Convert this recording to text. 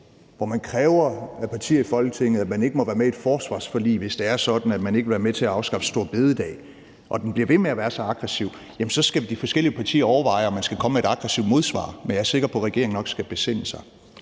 hvor man kræver af partier i Folketinget, at de ikke må være med i et forsvarsforlig, hvis det er sådan, at de ikke vil være med til at afskaffe store bededag, og den bliver ved med at være så aggressiv, så skal de forskellige partier overveje, om de skal komme med et aggressivt modsvar. Men jeg er sikker på, at regeringen nok skal besinde sig.